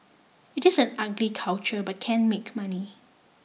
it is an ugly culture but can make money